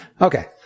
Okay